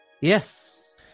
yes